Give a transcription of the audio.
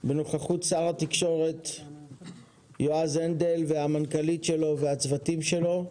בנוכחות שר התקשורת יועז הנדל והמנכ"לית שלו והצוותים שלו.